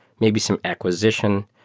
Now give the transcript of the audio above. maybe some acquisition,